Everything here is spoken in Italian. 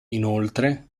inoltre